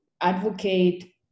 advocate